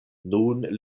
nun